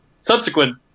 subsequent